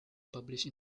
published